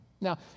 Now